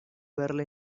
verle